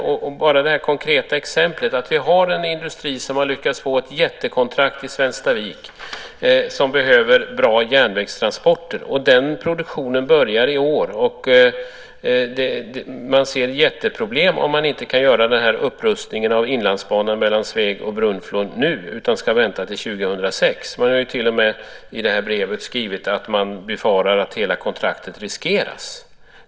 Vi har ju det konkreta exemplet att vi har en industri som har lyckats få ett jättekontrakt till Svenstavik och som behöver bra järnvägstransporter. Den produktionen börjar i år, och man ser jätteproblem om man inte kan göra upprustningen av Inlandsbanan mellan Sveg och Brunflo nu utan ska vänta till 2006. Man har ju till och med skrivit i det här brevet att man befarar att hela kontraktet riskeras.